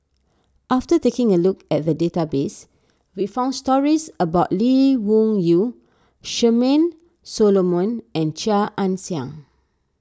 after taking a look at the database we found stories about Lee Wung Yew Charmaine Solomon and Chia Ann Siang